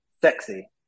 sexy